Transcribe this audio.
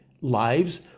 lives